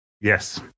Yes